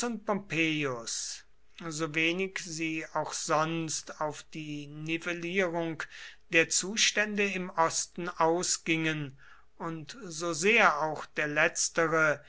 pompeius sowenig sie auch sonst auf die nivellierung der zustände im osten ausgingen und sosehr auch der letztere